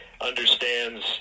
understands